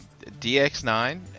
DX9